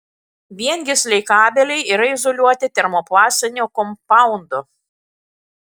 viengysliai kabeliai yra izoliuoti termoplastiniu kompaundu